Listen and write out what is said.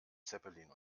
zeppelin